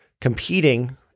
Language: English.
competing